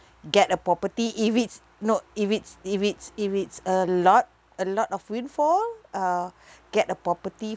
get a property if it's not if it's if it's if it's a lot a lot of windfall uh get a property